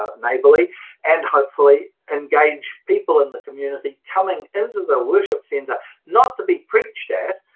ah neighbourly and hopefully engage people in the community coming into the worship centre not to be preached at,